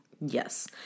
Yes